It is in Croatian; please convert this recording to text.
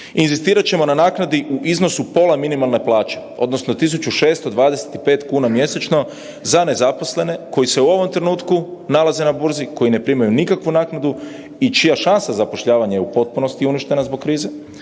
Inzistirat ćemo na naknadi u iznosu pola minimalne plaće odnosno 1.625 kuna mjesečno za nezaposlene koji se u ovom trenutku nalaze na burzi, koji ne primaju nikakvu naknadu i čija šansa zapošljavanja je u potpunosti uništena zbog krize,